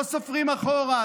לא סופרים אחורה,